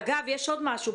אגב, יש עוד משהו.